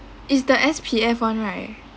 is the S_P_F one right